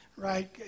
right